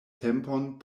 tempon